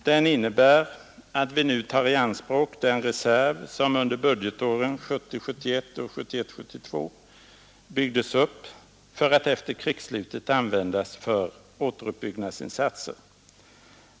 Den innebär att vi tar i anspråk den reserv som under budgetåren 1970 72 byggdes upp för att efter krigsslutet användas för återuppbyggnadsinsatser.